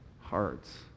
hearts